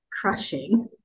crushing